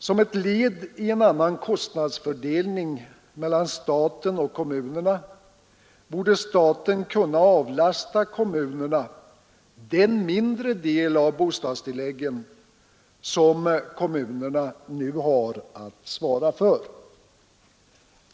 Som ett led i en annan kostnadsfördelning mellan staten och kommunerna borde staten kunna avlasta kommunerna den mindre del av bostadstilläggen som kommunerna nu har att svara för.